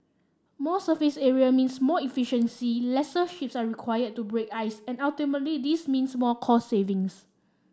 more surface area means more efficiency lesser ships are required to break ice and ultimately this means more cost savings